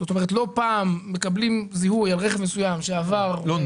זאת אומרת לא פעם מקבלים זיהוי על רכב מסוים שעבר מקטע מסוים.